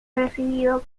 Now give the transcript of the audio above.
recibido